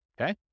okay